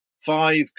five